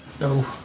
no